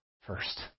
first